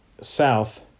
south